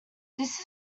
this